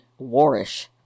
warish